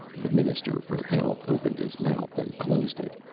the minister for health opened his mouth and closed it.